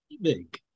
Big